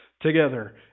together